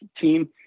team